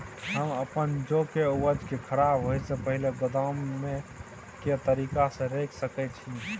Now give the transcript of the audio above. हम अपन जौ के उपज के खराब होय सो पहिले गोदाम में के तरीका से रैख सके छी?